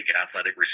athletic